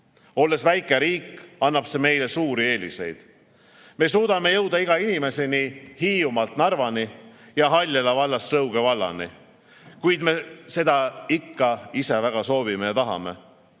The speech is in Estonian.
Olles väike riik annab see meile suuri eeliseid. Me suudame jõuda iga inimeseni–Hiiumaast Narvani ja Haljala vallast Rõuge vallani –, kui me seda ikka ise väga soovime ja tahame.